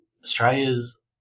Australia's